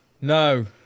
No